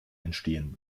entstehen